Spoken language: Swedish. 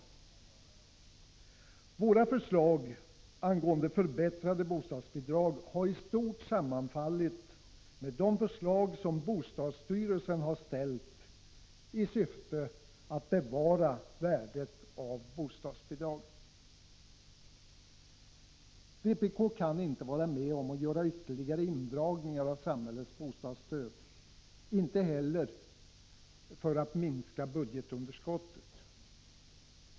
Våra förslag angående förbättrade bostadsbidrag har i stort sett sammanfallit med de förslag som bl.a. bostadsstyrelsen har lagt fram i syfte att bevara värdet av bostadsbidragen. Vpk kan inte vara med om att göra ytterligare indragningar av samhällets bostadsstöd — inte heller för att minska budgetunderskottet!